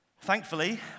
Thankfully